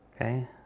Okay